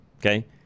Okay